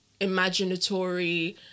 imaginatory